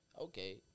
Okay